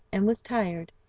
and was tired,